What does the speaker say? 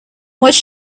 watch